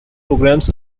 programs